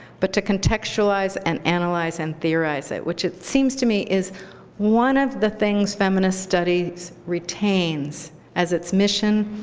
but to contextualize and analyze and theorize it, which it seems to me is one of the things feminist studies retains as its mission,